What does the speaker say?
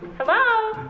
hello?